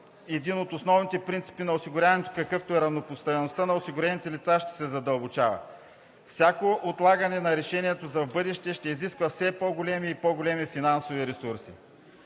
един от основните принципи на осигуряването, какъвто е равнопоставеността на осигурените лица, ще се задълбочава. Всяко отлагане на решението за в бъдеще ще изисква все по-големи и по-големи финансови ресурси.